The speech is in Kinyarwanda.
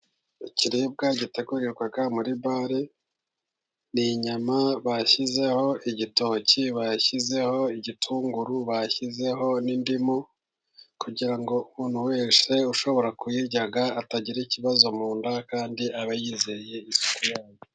Ikiribwa gitegurirwa muri bale, n'inyama bashyizeho igitoki, bashyizeho igitunguru, bashyizeho n'indimu. Kugira ngo umuntu wese ushobora kuyirya, atagira ikibazo mu nda kandi abe ayizeye.